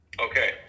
Okay